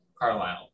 Carlisle